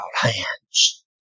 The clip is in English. hands